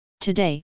Today